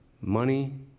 Money